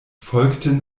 folgten